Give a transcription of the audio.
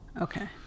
Okay